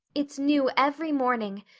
it's new every morning,